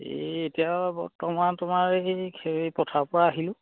এই এতিয়া বৰ্তমান তোমাৰ এই হেৰি পথাৰৰপৰা আহিলোঁ